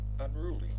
unruly